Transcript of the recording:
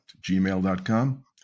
gmail.com